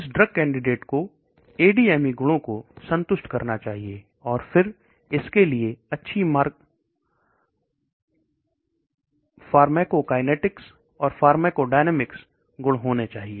इस drug candidate को ADME गुणों को संतुष्ट करना चाहिए और फिर इसके लिए अच्छी फार्माकोकाइनेटिक्स और फार्माकोडायनेमिक्स गुण होने चाहिए